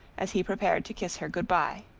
as he prepared to kiss her good-by.